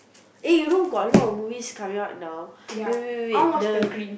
eh you know got a lot of movies coming out now wait wait wait wait the